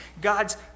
God's